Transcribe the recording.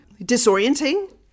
disorienting